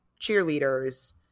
cheerleaders-